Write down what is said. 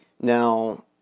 now